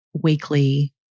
weekly